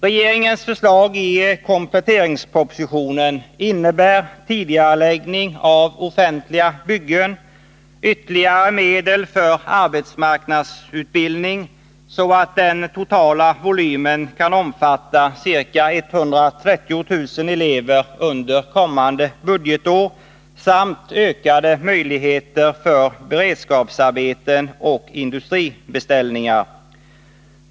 Regeringens förslag i kompletteringspropositionen innebär tidigareläggning av offentliga byggen, ytterligare medel för arbetsmarknadsutbildning så att den totala volymen kan omfatta ca 130 000 elever under kommande budgetår samt ökade möjligheter för beredskapsarbeten och industribeställningar.